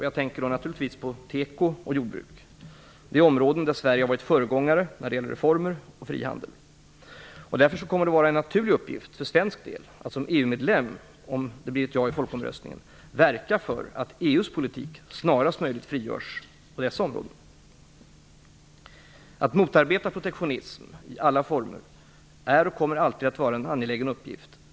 Jag tänker då naturligtvis på teko och jordbruk. Detta är områden där Sverige har varit föregångare när det gäller reformer och frihandel. Det kommer därför att vara en naturlig uppgift för Sverige att som EU-medlem - om det blir ja i folkomröstningen - verka för att EU:s politik snarast möjligt frigörs på dessa områden. Att motarbeta protektionism i alla former är och kommer alltid att vara en angelägen uppgift.